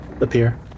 appear